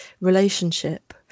relationship